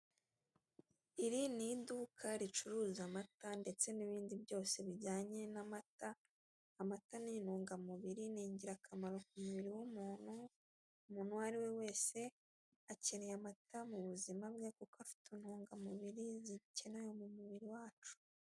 Iri ni iduka ricuruza amata ndetse n'ibindi byose bijyanye n'amata, amata ni intungamubiri ni ingirakamaro ku mubiri w'umuntu. Umuntu uwo ari we wese akeneye amata mu buzima bwe, kuko afite intungamubiri zikenewe mu mubiri wacu.